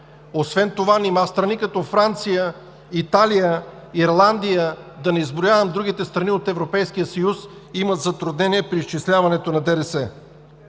Освен това, нима страни като Франция, Италия, Ирландия – да не изброявам другите страни от Европейския съюз, имат затруднения при изчисляването на ДДС?